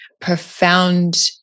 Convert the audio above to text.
Profound